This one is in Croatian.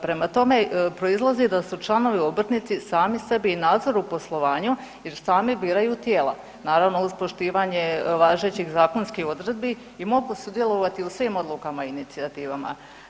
Prema tome, proizlazi da su članovi obrtnici sami sebi i nadzor u poslovanju jer sami biraju tijela, naravno uz poštivanje važećih zakonskih odredbi i mogu sudjelovati u svim odlukama i inicijativama.